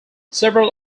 several